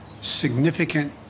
significant